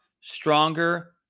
stronger